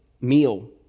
meal